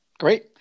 Great